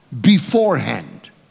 beforehand